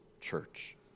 church